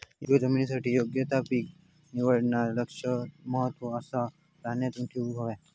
योग्य जमिनीसाठी योग्य ता पीक निवडणा लय महत्वाचा आसाह्या ध्यानात ठेवूक हव्या